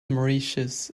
mauritius